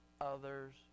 others